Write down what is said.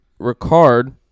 Ricard